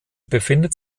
befindet